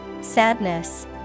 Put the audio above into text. Sadness